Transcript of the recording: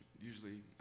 Usually